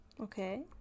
Okay